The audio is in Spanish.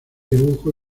dibujo